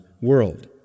world